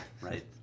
Right